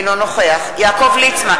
בעד יעקב ליצמן,